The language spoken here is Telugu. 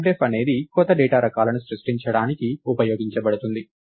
టైప్డెఫ్ అనేది కొత్త డేటా రకాలను సృష్టించడానికి ఉపయోగించబడుతుంది